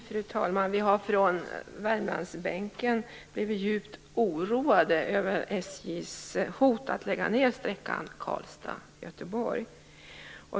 Fru talman! Vi har från Värmlandsbänken blivit djupt oroade över SJ:s hot att lägga ned trafiken på sträckan Karlstad-Göteborg.